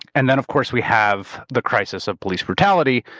and then of course we have the crisis of police brutality,